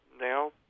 now